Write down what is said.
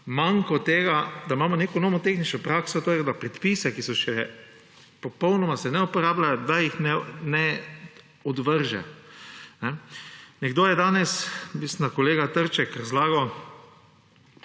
manko tega, da imamo neko nomotehnično prakso, to je, da predpise, ki se popolnoma ne uporabljajo, da jih ne odvrže. Nekdo je danes, mislim, da kolega Trček, razlagal,